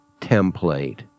template